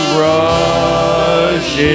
rush